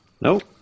Nope